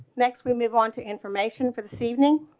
next, we move on to information for this evening.